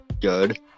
good